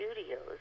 studios